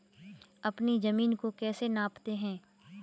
अपनी जमीन को कैसे नापते हैं?